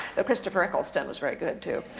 though christopher eccleston was very good too.